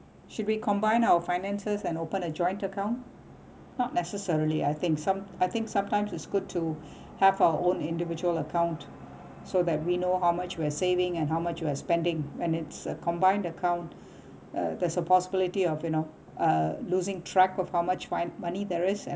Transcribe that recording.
should we combine our finances and open a joint account not necessarily I think some I think sometimes it's good to have our own individual account so that we know how much we are saving and how much we are spending when it's a combined account uh there's a possibility of you know uh losing track of how much fin~ money there is and